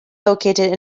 located